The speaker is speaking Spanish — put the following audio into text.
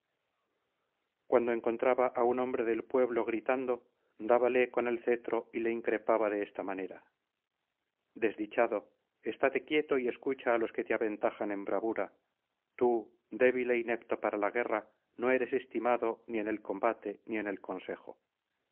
cuando encontraba á un hombre del pueblo gritando dábale con el cetro y le increpaba de esta manera desdichado estáte quieto y escucha á los que te aventajan en bravura tú débil é inepto para la guerra no eres estimado ni en el combate ni en el consejo